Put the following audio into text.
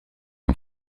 ont